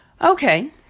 Okay